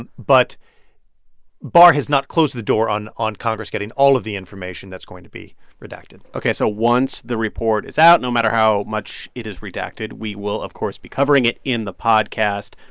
and but barr has not closed the door on on congress getting all of the information that's going to be redacted ok. so once the report is out, no matter how much it is redacted, we will of course be covering it in the podcast.